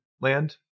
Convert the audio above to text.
land